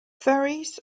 ferries